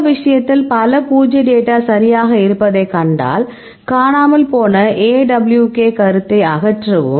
இந்த விஷயத்தில் பல பூஜ்ய டேட்டா சரியாக இருப்பதைக் கண்டால் காணாமல் போன AWK கருத்தை அகற்றவும்